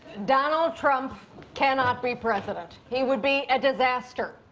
donald trump cannot be president. he would be a disaster.